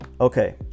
Okay